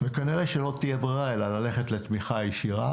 כנראה שלא תהיה ברירה אלא ללכת לתמיכה ישירה